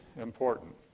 important